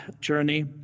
journey